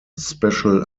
special